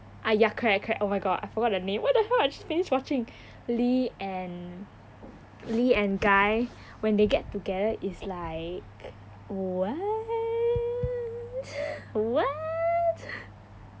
ah ya correct correct oh my god I forgot the name what the hell I just finished watching lee and lee and guy when they get together is like what what